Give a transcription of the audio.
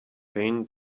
pain